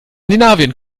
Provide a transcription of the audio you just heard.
skandinavien